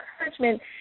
encouragement